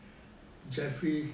jeffrey